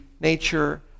nature